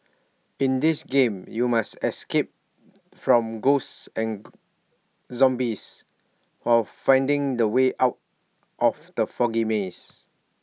in this game you must escape from ghosts and zombies while finding the way out of the foggy maze